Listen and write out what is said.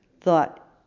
thought